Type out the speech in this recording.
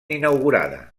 inaugurada